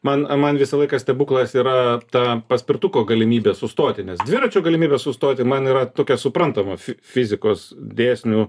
man a man visą laiką stebuklas yra ta paspirtuko galimybė sustoti nes dviračiu galimybė sustoti man yra tokia suprantama fi fizikos dėsnių